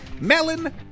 Melon